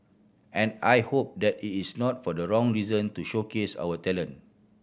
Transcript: and I hope that it is not for the wrong reason to showcase our talent